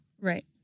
Right